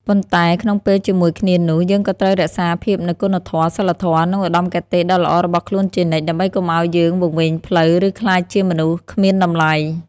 ប៉ុន្តែក្នុងពេលជាមួយគ្នានោះ យើងក៏ត្រូវរក្សាបាននូវគុណធម៌ សីលធម៌ និងឧត្តមគតិដ៏ល្អរបស់ខ្លួនជានិច្ច ដើម្បីកុំឱ្យយើងវង្វេងផ្លូវ ឬក្លាយជាមនុស្សគ្មានតម្លៃ។